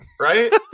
right